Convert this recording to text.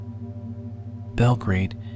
Belgrade